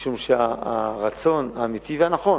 משום שהרצון, האמיתי, והנכון,